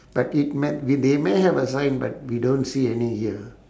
but it ma~ they may have a sign but we don't see any here